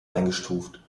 eingestuft